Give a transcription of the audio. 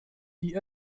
die